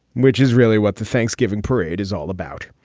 which is really what the thanksgiving parade is all about.